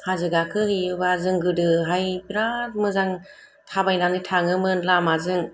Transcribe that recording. हाजो गाखोहैयोबा जों गोदोहाय बिरात मोजां थाबायनानै थाङोमोन लामाजों